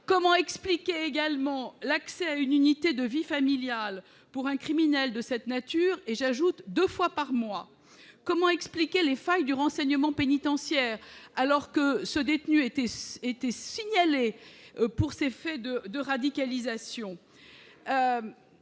Comment expliquer également l'accès à une unité de vie familiale pour un criminel de cette nature, qui plus est deux fois par mois ? Comment expliquer les failles du renseignement pénitentiaire, alors que ce détenu était signalé pour des faits de radicalisation ?